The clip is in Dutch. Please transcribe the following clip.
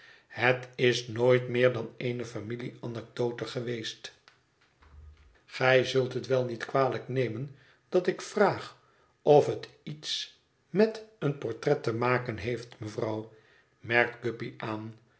het is nooit meer dan eene familie anekdote geweest gij zult het wel niet kwalijk nemen dat ik vraag of het iets met een portret te maken heeft mejufvrouw merkt guppy aan